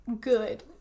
good